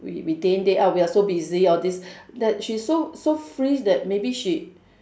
we we day in day out we're so busy all these that she's so so free that maybe she